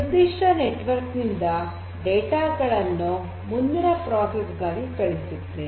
ನಿರ್ಧಿಷ್ಟ ನೆಟ್ವರ್ಕ್ ನಿಂದ ಡೇಟಾ ಗಳನ್ನು ಮುಂದಿನ ಪ್ರಕ್ರಿಯೆಗಾಗಿ ಕಳುಹಿಸುತ್ತೇವೆ